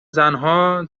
زنها